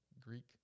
Greek